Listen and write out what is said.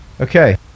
Okay